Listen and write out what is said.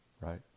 right